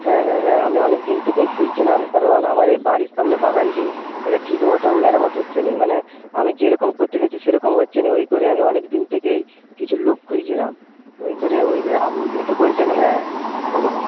হ্যাঁ হ্যাঁ হ্যাঁ আমি অনেক দিন থেকেই খুঁজছিলাম কারণ আমার এই বাড়ির সামনে বাগানটি এটা ঠিক মত মেরামত হচ্ছে না মানে আমি যেরকম করতে চাইছি সেরকম হচ্ছে না ওই করেই আমি অনেক দিন থেকেই কিছু লোক খুঁজছিলাম ওই করে ওই করে আপনি যেহেতু বলছিলেন হ্যাঁ বলুন